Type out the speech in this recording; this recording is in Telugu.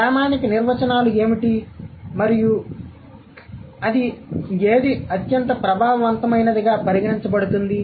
ప్రామాణిక నిర్వచనాలు ఏమిటి మరియు ఏది అత్యంత ప్రభావ వంతమైనదిగా పరిగణించబడుతుంది